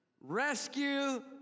Rescue